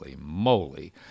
moly